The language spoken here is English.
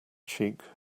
cheek